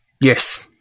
Yes